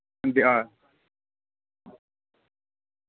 हां